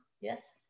Yes